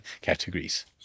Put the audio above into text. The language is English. categories